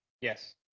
Yes